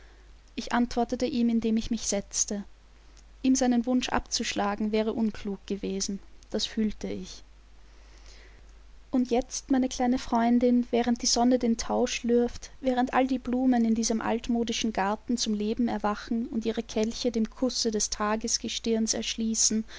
ich antwortete ihm indem ich mich setzte ihm seinen wunsch abzuschlagen wäre unklug gewesen das fühlte ich und jetzt meine kleine freundin während die sonne den thau schlürft während all die blumen in diesem altmodischen garten zum leben erwachen und ihre kelche dem kusse des tagesgestirns erschließen